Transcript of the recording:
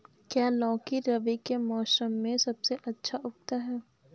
क्या लौकी रबी के मौसम में सबसे अच्छा उगता है?